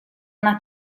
una